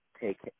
take